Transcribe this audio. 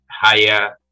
higher